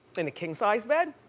in a king-size bed,